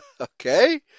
okay